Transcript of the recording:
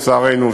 לצערנו,